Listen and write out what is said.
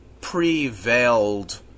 prevailed